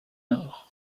nord